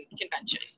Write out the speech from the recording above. convention